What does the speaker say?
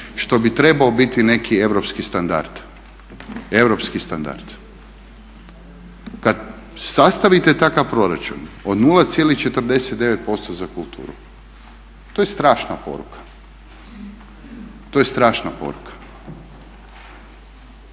Što bi trebao biti neki europski standard. Kad sastavite takav proračun od 0,49% za kulturu to je strašna poruka. Nemojte da nam